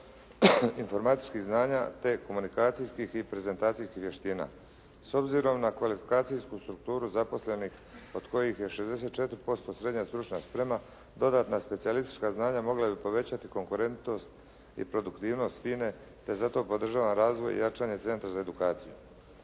informatičkih znanja te komunikacijskih i prezentacijskih vještina. S obzirom na kvalifikacijsku strukturu zaposlenih, od kojih je 64% srednja stručna sprema, dodatna specijalistička znanja mogla bi povećati konkurentnost i produktivnost FINA-e te zato podržavam razvoj i jačanje centra za edukaciju.